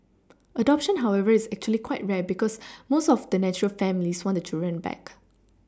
adoption however is actually quite rare because most of the natural families want the children back